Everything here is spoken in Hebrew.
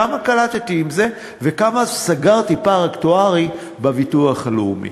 כמה קלטתי עם זה וכמה פער אקטוארי סגרתי בביטוח הלאומי.